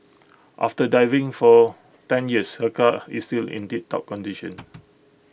after diving for ten years her car is still in tiptop condition